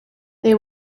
they